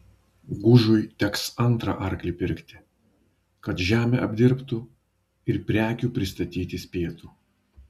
gužui teks antrą arklį pirkti kad žemę apdirbtų ir prekių pristatyti spėtų